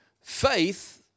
Faith